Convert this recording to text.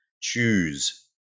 choose